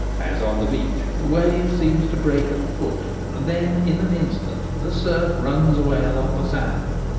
as on the beach the wave seems to break at the foot, and then in an instant the surf runs away along the sand,